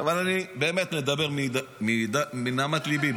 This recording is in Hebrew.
אבל אני באמת מדבר מנהמת ליבי.